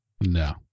No